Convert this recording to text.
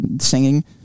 singing